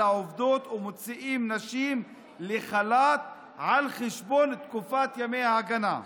העובדות ומוציאים נשים לחל"ת על חשבון תקופת ימי ההגנה.